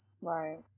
Right